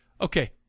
Okay